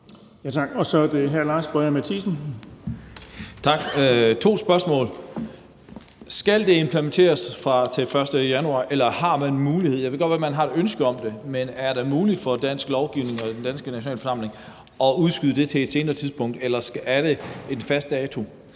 har to spørgsmål. Skal det implementeres fra den 1. januar, eller er det muligt – jeg ved godt, at man har et ønske om det – for den danske nationalforsamling at udskyde det til et senere tidspunkt? Altså, er det en fast dato,